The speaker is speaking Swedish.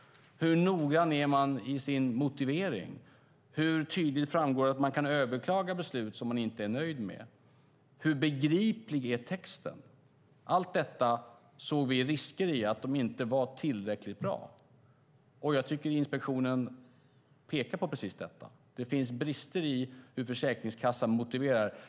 Hur noggrann är man i sin motivering? Hur tydligt framgår det att det går att överklaga beslut? Hur begriplig är texten? Vi såg risker i att detta inte var tillräckligt bra, och jag tycker att inspektionen pekar på precis detta. Det finns brister i hur Försäkringskassan motiverar besluten.